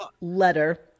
letter